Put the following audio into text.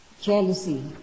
jealousy